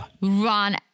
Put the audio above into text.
Run